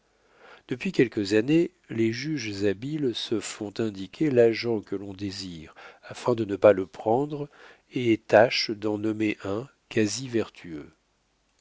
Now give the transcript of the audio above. depuis quelques années les juges habiles se font indiquer l'agent que l'on désire afin de ne pas le prendre et tâchent d'en nommer un quasi vertueux